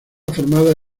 formada